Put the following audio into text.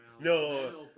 No